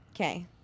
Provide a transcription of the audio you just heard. Okay